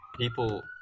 people